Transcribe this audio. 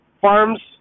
farms